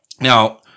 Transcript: Now